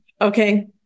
okay